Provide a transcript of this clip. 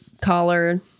collar